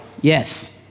yes